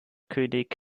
könig